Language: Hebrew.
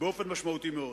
באופן משמעותי מאוד.